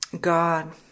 God